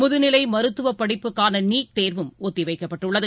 முதுநிலைமருத்துவப் படிப்புக்கானநீட் தேர்வும் ஒத்திவைக்கப்பட்டுள்ளது